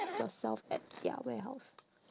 yourself at their warehouse